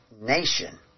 nation